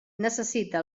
necessita